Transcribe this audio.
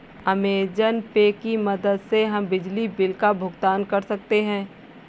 Amazon Pay की मदद से हम बिजली बिल का भुगतान कर सकते हैं